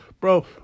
Bro